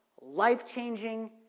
life-changing